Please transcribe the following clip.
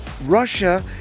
Russia